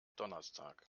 donnerstag